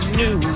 new